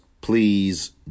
Please